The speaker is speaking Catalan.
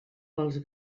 pels